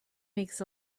makes